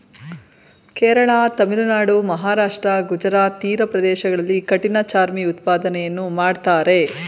ಕೇರಳ, ತಮಿಳುನಾಡು, ಮಹಾರಾಷ್ಟ್ರ, ಗುಜರಾತ್ ತೀರ ಪ್ರದೇಶಗಳಲ್ಲಿ ಕಠಿಣ ಚರ್ಮಿ ಉತ್ಪಾದನೆಯನ್ನು ಮಾಡ್ತರೆ